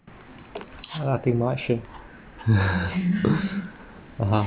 ah nothing much eh uhuh